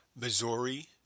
Missouri